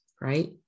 Right